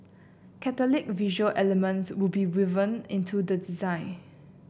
catholic visual elements will be woven into the design